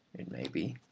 it may be,